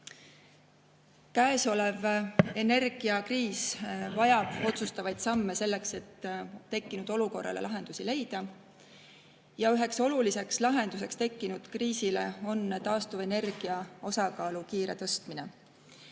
Käesolev energiakriis vajab otsustavaid samme, et tekkinud olukorrale lahendusi leida. Üks lahendusi tekkinud kriisile on taastuvenergia osakaalu kiire tõstmine.